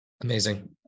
Amazing